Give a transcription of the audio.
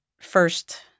first